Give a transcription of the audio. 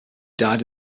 died